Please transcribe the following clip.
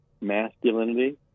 masculinity